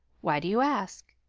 why do you ask?